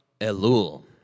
Elul